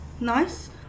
Nice